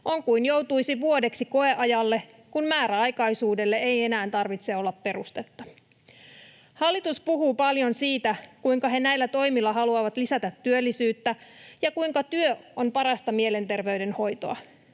On kuin joutuisi vuodeksi koeajalle, kun määräaikaisuudelle ei enää tarvitse olla perustetta. Hallitus puhuu paljon siitä, kuinka he näillä toimilla haluavat lisätä työllisyyttä ja kuinka työ on parasta mielenterveyden hoitoa.